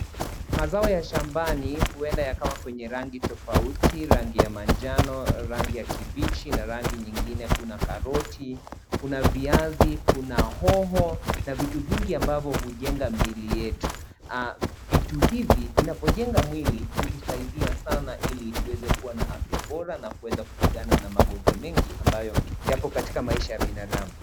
Mazao ya shambani huenda yakawa kwenye rangi tofauti, rangi ya manjano, rangi ya kibichi, na rangi nyingine kuna karoti, kuna viazi, kuna hoho, na vitu vingi ambavyo hujenga mwili yetu. Vitu hivi, vinapojenga mwili, hutusaidia sana ili tuweze kuwa na afya bora na kuweza kupigana na magonjwa mengi ambayo yapo katika maisha ya binadamu.